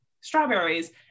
strawberries